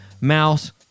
mouse